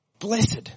Blessed